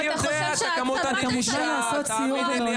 אם אתה חושב --- אתה מוזמן לעשות סיור במעונות היום.